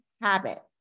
habit